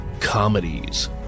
comedies